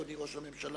אדוני ראש הממשלה,